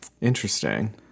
Interesting